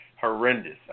horrendous